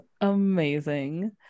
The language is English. amazing